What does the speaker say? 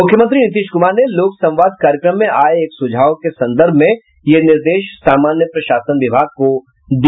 मुख्यमंत्री नीतीश क्मार ने लोक संवाद कार्यक्रम में आये एक सुझाव के संदर्भ में यह निर्देश सामान्य प्रशासन विभाग को दिया